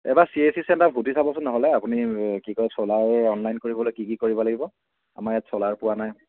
এইবাৰ C A C চেণ্টাৰত সুধি চাবচোন নহ'লে আপুনি কি কৰে চ'লাৰৰ অনলাইন কৰিবলৈ কি কি কৰিব লাগিব আমাৰ ইয়াত চ'লাৰ পোৱা নাই